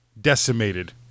decimated